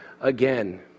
again